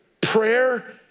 Prayer